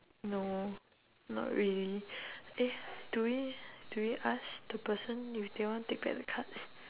no not really eh do we do we ask the person if they want take back the cards